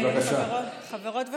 חברות וחברים,